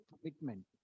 commitment